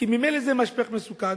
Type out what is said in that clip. כי ממילא זה משפך מסוכן,